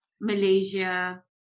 Malaysia